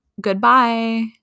Goodbye